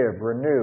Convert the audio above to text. renew